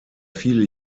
viele